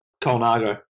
Colnago